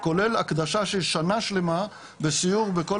כולל הקדשה של שנה שלמה בסיור בכל